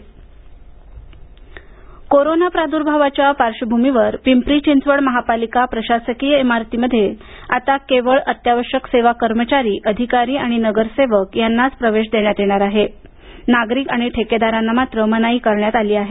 पिंपरी चिंचवड महापालिका प्रवेश कोरोना प्रादूर्भावाच्या पार्श्वभूमीवर पिंपरी चिंचवड महापालिका प्रशासकीय इमारतीमध्ये आता केवळ अत्यावश्यक सेवा कर्मचारी अधिकारी आणि नगरसेवक यांनाच प्रवेश देण्यात येणार असून नागरिक आणि ठेकेदारांना मनाई करण्यात आली आहे